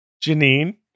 Janine